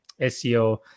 SEO